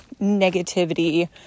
negativity